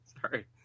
Sorry